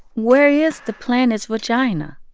where is the planet's vagina?